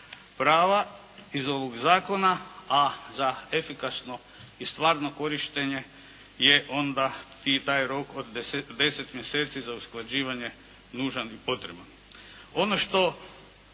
prava iz ovog zakona, a za efikasno i stvarno korištenje je onda i taj rok od 10 mjeseci za usklađivanje nužan i potreban.